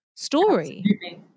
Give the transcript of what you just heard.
story